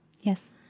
Yes